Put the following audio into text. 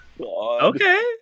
okay